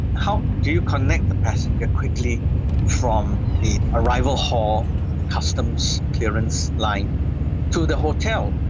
how do you connect the passenger quickly from the arrival hall customs clearance line to the hotel?